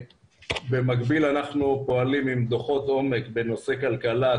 במקביל אנחנו פועלים עם דוחות עומק בנושא כלכלה,